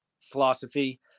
philosophy